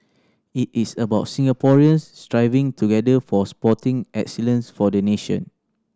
it is about Singaporeans striving together for sporting excellence for the nation